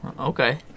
okay